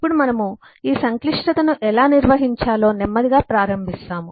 ఇప్పుడు మనము ఈ సంక్లిష్టతను ఎలా నిర్వహించాలో నెమ్మదిగా ప్రారంభిస్తాము